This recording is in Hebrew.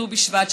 בט"ו בשבט,